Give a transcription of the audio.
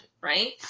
right